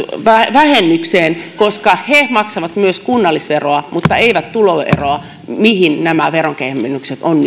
vähennykseen koska he maksavat myös kunnallisveroa mutta eivät tuloveroa mihin nämä veronkevennykset on